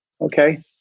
Okay